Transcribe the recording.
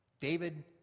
David